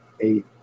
eight